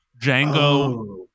Django